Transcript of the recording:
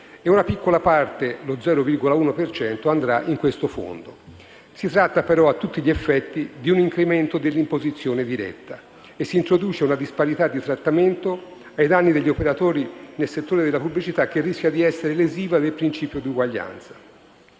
una piccola parte (lo 0,1 per cento) andrà in questo fondo. Si tratta, però, a tutti gli effetti, di un incremento dell'imposizione diretta e si introduce una disparità di trattamento in danno degli operatori nel settore della pubblicità che rischia di essere lesiva del principio di eguaglianza.